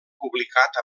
publicat